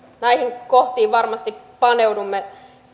näihin kohtiin varmasti paneudumme